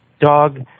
dog